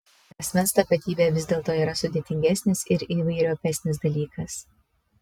asmens tapatybė vis dėlto yra sudėtingesnis ir įvairiopesnis dalykas